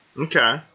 Okay